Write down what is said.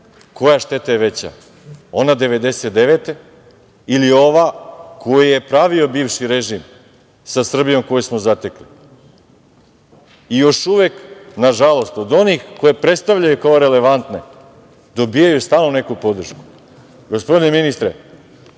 koja šteta je veća, ona 1999. godine ili ova koju je pravio bivši režim, sa Srbijom koju smo zatekli i još uvek, nažalost, od onih koje predstavljaju kao relevantne, dobijaju stalno neku podršku. Gospodine ministre,